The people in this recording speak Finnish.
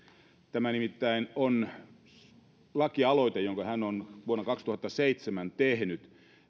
tässä nimittäin on pohjana lakialoite jonka hän on vuonna kaksituhattaseitsemän tehnyt